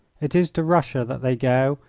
it is to russia that they go,